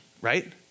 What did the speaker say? right